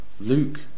Luke